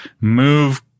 move